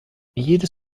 jedes